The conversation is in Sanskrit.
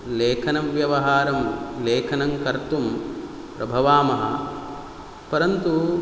लेखनव्यवहारं लेखनं कर्तुं प्रभवामः परन्तु